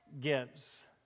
gives